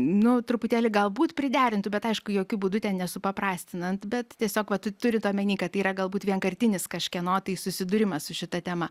nu truputėlį galbūt priderintų bet aišku jokiu būdu ten nesupaprastinant bet tiesiog va turint omeny kad tai yra galbūt vienkartinis kažkieno tai susidūrimas su šita tema